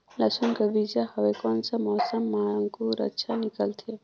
लसुन कर बीजा हवे कोन सा मौसम मां अंकुर अच्छा निकलथे?